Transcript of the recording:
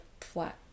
flat